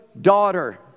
daughter